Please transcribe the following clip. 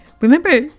Remember